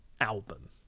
album